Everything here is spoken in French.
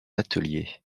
atelier